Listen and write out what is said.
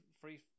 free